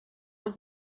was